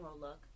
look